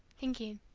thinking.